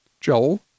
Joel